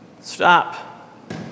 stop